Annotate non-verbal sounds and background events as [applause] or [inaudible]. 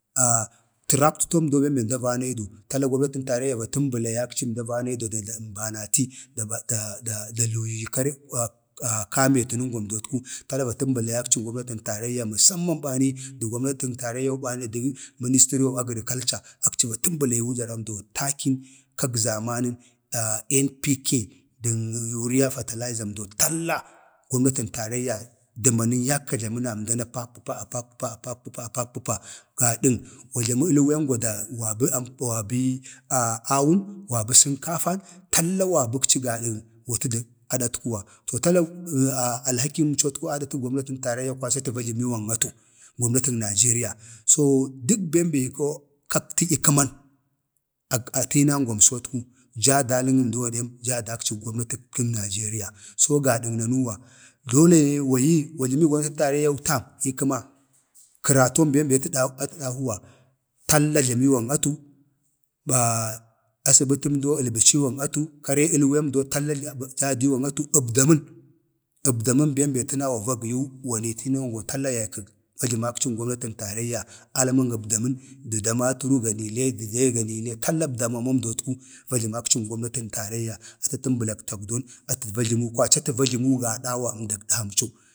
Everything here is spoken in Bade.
[hesitation] təraktətomdo beəmdan va nayidu tala gomnatək taraiyya va təmbəlayakci ma dane də əmbanati da luyi [hesitation] kareg [hesitation] rametənəngamdotku tala va təmbəlayakcig gomnatəg taraiyya məsamman bani də gomnatən taraiyyau bani vanayi də mənistərig agrkaka, akci va təmbəlayag takin kag zamanən [hesitation] ən pi ke (NPK) dən yuriya (UREA) fatalizamdo talla gomnatən taraiyya dəg amənən yakka jləməna əmdan a pakpəpa a pakpəpa a pak pəpa gadən wa jləmə əlwengwa wabə wabii [hesitation] waba awun, waba sənkafan talla wabəkci gadag sənkafan talla wabakci gadəg wa tə du adatkuwa, to talla alhakimcotku adəg gomnaton taraiyya kwaci atə va jləmiwa gada ma atu gomnatag nijeriya so, dək bem be giiko kaktədyə kəman [hesitation] atini nəngwamsotku jaadalin əmdu gadəm jaa dalin gomnatitkən nijeriya. so gadən nanuuwaza wa yi wa jləmi gomnatik taraiyya tam ii kuəma? kəraton bem be atə dahuwa talla jlamiwan atu, azbətəmdo əlbəciwan atu, karee elwemdo talla daa diwan atu əmdamən, abdaman bem be təna wava giyu wani tinangwa tala yaykəg va jləmakcin gomnatən taraiyya, alman əbdamən də damatəru gani le də le gani tala əbdamamomdotku va jləmakcin gomnatan taraiyya, atə va təmbəlak tagdon, atə va jləmu, kwaci atə va jləmu gadawa əmdag dəhamco,